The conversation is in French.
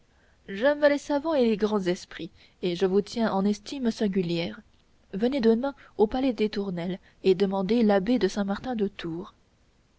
les savants et les grands esprits et je vous tiens en estime singulière venez demain au palais des tournelles et demandez l'abbé de